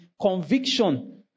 conviction